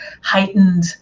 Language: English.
heightened